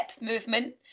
movement